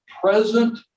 present